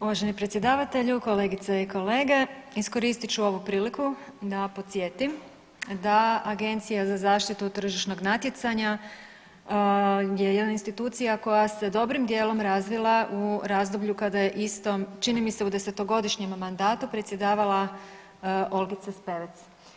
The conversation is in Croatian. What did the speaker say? Uvaženi predsjedavatelju, kolegice i kolege iskoristit ću ovu priliku da podsjetim da Agencija za zaštitu tržišnog natjecanja je jedna institucija koja se dobrim dijelom razvila u razdoblju kada je istom, čini mi u desetogodišnjem mandatu predsjedavala Olgica Spevec.